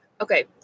Okay